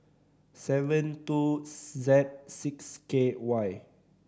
seven two Z six K Y